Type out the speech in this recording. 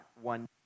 One